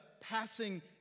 passing